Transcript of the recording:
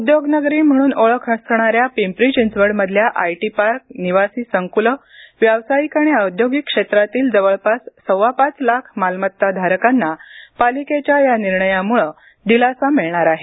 उद्योगनगरी म्हणून ओळख असणाऱ्या पिंपरी चिंचवडमधल्या आयटी पार्क निवासी संकुलं व्यावसायिक आणि औद्योगिक क्षेत्रातील जवळपास सव्वापाच लाख मालमत्ता धारकांना पालिकेच्या या निर्णयामुळे दिलासा मिळणार आहे